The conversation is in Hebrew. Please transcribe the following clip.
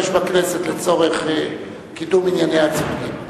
בכנסת לצורך קידום ענייניה הציבוריים.